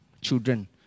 children